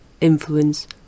influence